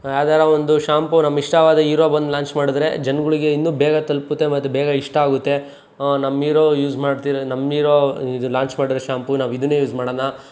ಯಾವ್ದಾರೂ ಒಂದು ಶಾಂಪು ನಮ್ಮ ಇಷ್ಟವಾದ ಈರೋ ಬಂದು ಲಾಂಚ್ ಮಾಡಿದ್ರೆ ಜನ್ಗಳ್ಗೆ ಇನ್ನೂ ಬೇಗ ತಲುಪುತ್ತೆ ಮತ್ತು ಬೇಗ ಇಷ್ಟ ಆಗುತ್ತೆ ನಮ್ಮ ಈರೋ ಯೂಸ್ ಮಾಡ್ತಿರೋದು ನಮ್ಮ ಈರೋ ಇದು ಲಾಂಚ್ ಮಾಡಿರೋ ಶಾಂಪು ನಾವು ಇದನ್ನೇ ಯೂಸ್ ಮಾಡಣ